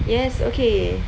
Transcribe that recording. yes okay